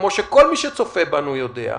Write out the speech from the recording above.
כמו שכל מי שצופה בנו יודע,